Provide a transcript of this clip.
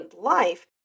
life